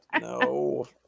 no